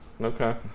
Okay